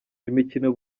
imikino